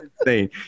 insane